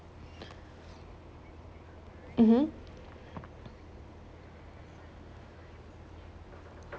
mmhmm